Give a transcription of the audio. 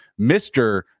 Mr